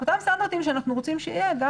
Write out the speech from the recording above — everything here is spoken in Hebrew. ואותם סטנדרטים שאנחנו רוצים שיהיו גם